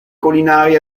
collinari